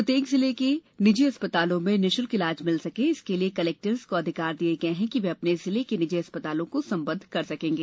प्रत्येक जिले के निजी अस्पतालों में निशुल्क इलाज मिल सके इसके लिये कलेक्टर्स को अधिकार दिये गये हैं कि वे अपने जिले के निजी अस्पतालों को संबद्ध कर सकेंगे